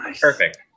Perfect